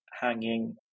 hanging